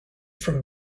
from